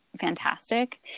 fantastic